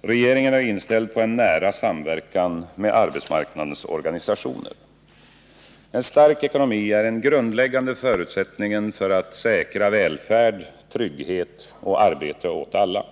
Regeringen är inställd på en nära samverkan med arbetsmarknadens organisationer. En stark ekonomi är den grundläggande förutsättningen för att säkra välfärd, trygghet och arbete åt alla.